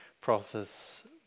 process